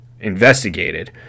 investigated